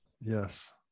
Yes